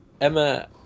emma